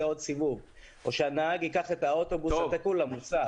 עוד סיבוב או שהנהג ייקח את האוטובוס התקול למוסך.